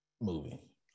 movie